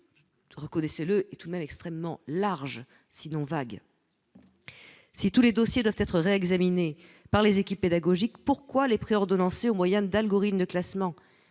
reconnaissez-le tout de même extrêmement large sinon vague si tous les dossiers doivent être réexaminés par les équipes pédagogiques : pourquoi les prix ordonnancer au moyen d'algorithme de classement,